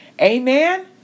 Amen